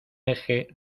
eje